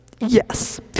yes